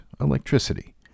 electricity